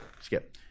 Skip